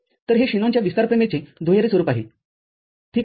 तर हे शेनॉनच्या विस्तार प्रमेयचे दुहेरी स्वरूप आहे ठीक आहे